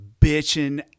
bitching